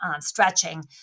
stretching